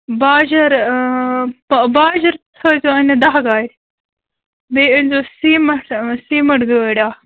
باجر باجِر تھٲوزیٚو أنِتھ دَہ گاڑِ بیٚیہِ أنۍزیٚو سیٖمَٹھ سیٖمَٹھ گٲڑۍ اکھ